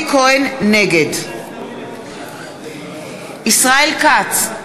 נגד ישראל כץ,